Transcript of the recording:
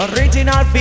Original